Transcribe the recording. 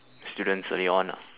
students early on ah